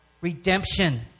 redemption